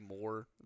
more